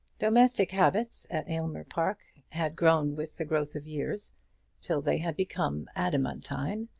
domestic habits at aylmer park had grown with the growth of years till they had become adamantine,